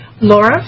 Laura